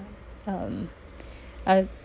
um I've